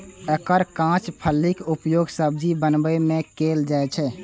एकर कांच फलीक उपयोग सब्जी बनबै मे कैल जाइ छै